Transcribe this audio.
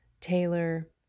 Taylor